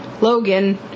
Logan